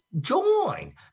join